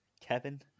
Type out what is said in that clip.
Kevin